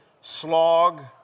slog